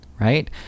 right